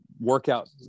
workout